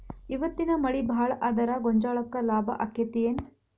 ಇವತ್ತಿನ ಮಳಿ ಭಾಳ ಆದರ ಗೊಂಜಾಳಕ್ಕ ಲಾಭ ಆಕ್ಕೆತಿ ಏನ್?